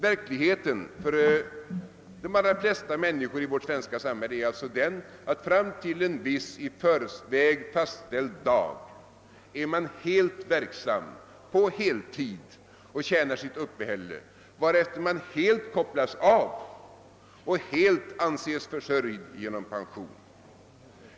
Verkligheten för de allra flesta människor i vårt svenska samhälle är den att fram till en viss, i förväg fastställd dag är man helt verksam på heltid och och tjänar sitt uppehälle, varefter man helt kopplas av och helt anses försörjd genom pension.